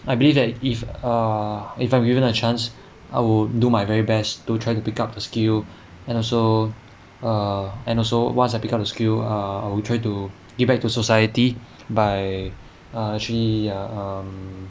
I believe that if err if I'm given a chance I will do my very best to try to pick up skill and also err and also once I pick up the skill err I will try to give back to society by err